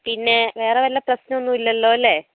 പിന്നെ വേറെ വല്ല പ്രശ്നം ഒന്നുമില്ലല്ലോ അല്ലെ